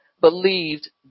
believed